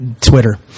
Twitter